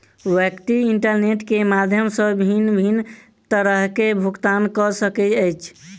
व्यक्ति इंटरनेट के माध्यम सॅ भिन्न भिन्न तरहेँ भुगतान कअ सकैत अछि